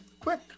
quick